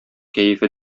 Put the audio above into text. кәефе